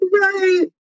Right